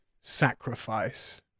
Sacrifice